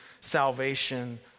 salvation